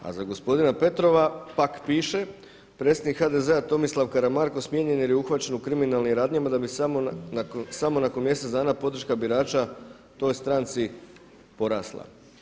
A za gospodina Petrova pak piše „predsjednik HDZ-a Tomislav Karamarko smijenjen je jer je uhvaćen u kriminalnim radnjama da bi samo nakon mjesec dana podrška birača toj stranci porasla“